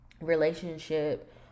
Relationship